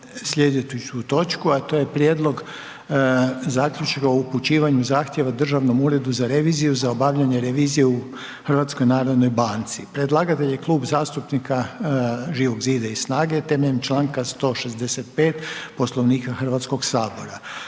slijedeću točku, a to je: - Prijedlog zaključka o upućivanju zahtjeva Državnom uredu za reviziju za obavljanje revizije u HNB-u. Predlagatelj je Klub zastupnika Živog zida i SNAGA-e temeljem čl. 165. Poslovnika HS. Vlada